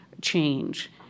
change